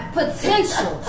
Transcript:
potential